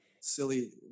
silly